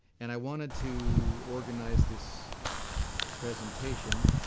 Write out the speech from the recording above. and i wanted to organize this presentation